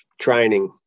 training